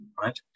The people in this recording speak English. Right